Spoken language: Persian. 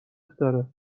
داره